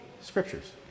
scriptures